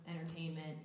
entertainment